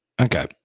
Okay